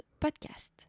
podcast